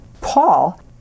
Paul